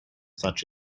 such